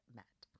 met